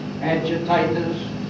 agitators